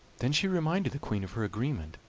then she reminded the queen of her agreement,